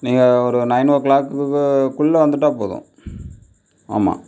நீங்கள் ஒரு nine o கிளாக்குக்குகுள்ளே வந்துட்டால் போதும் ஆமாம்